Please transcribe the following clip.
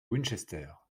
winchester